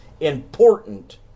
important